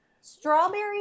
strawberry